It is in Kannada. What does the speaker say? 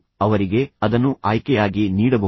ಆದ್ದರಿಂದ ನೀವು ಅವರಿಗೆ ಅದನ್ನು ಆಯ್ಕೆಯಾಗಿ ನೀಡಬಹುದು